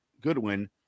Goodwin